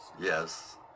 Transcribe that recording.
Yes